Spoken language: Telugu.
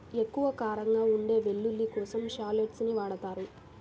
ఎక్కువ కారంగా ఉండే వెల్లుల్లి కోసం షాలోట్స్ ని వాడతారు